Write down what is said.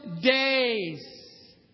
days